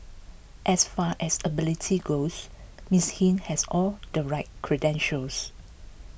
as far as ability goes Miss Hing has all the right credentials